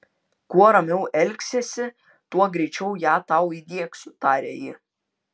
kuo ramiau elgsiesi tuo greičiau ją tau įdiegsiu taria ji